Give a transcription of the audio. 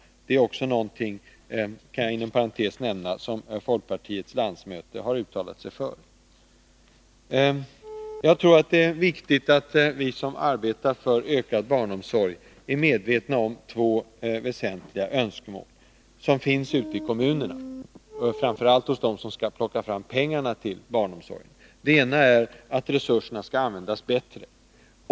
Detta har också, kan jag nämna, folkpartiets landsmöte uttalat sig för. Jag tror att det är viktigt att vi som arbetar för ökad barnomsorg är medvetna om två väsentliga önskemål som finns i kommunerna, framför allt hos dem som skall plocka fram pengarna till barnomsorgen. Det ena önskemålet är att resurserna skall användas bättre.